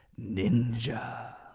Ninja